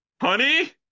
Honey